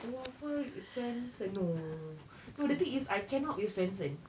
waffle is swensen no no the thing is I cannot with swensen